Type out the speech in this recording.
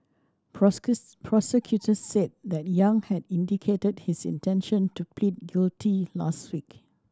prosecutors said that Yang had indicated his intention to plead guilty last week